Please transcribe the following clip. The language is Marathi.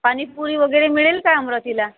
पाणीपुरी वगैरे मिळेल काय अमरावतीला